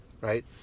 right